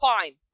Fine